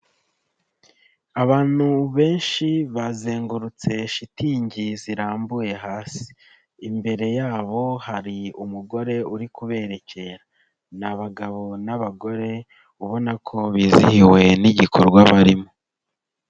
Abantu benshi bazengurutse shitingi zirambuye hasi, imbere yabo hari umugore uri kuberekera ni abagabo n'abagore ubona ko bizihiwe n'igikorwa barimo.